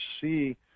see